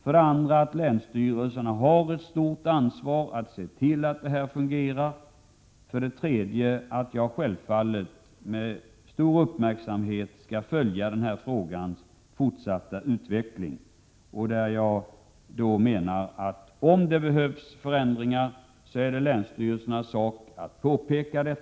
För det andra har länsstyrelserna dessutom ett stort ansvar för att se till att detta skall fungera, och för det tredje skall jag självfallet med stor uppmärksamhet följa denna frågas fortsatta utveckling. Jag menar att om det behövs förändringar är det länsstyrelsernas sak att påpeka det.